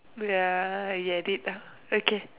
ya I did ah okay